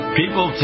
people